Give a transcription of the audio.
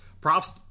props